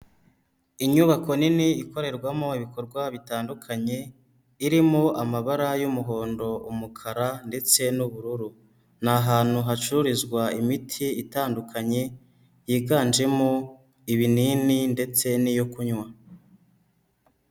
Inyubako nini ikorerwamo ibikorwa bitandukanye, irimo amabara y'umuhondo, umukara ndetse n'ubururu. Ni ahantu hacururizwa imiti itandukanye, yiganjemo ibinini ndetse n'iyo kunywa.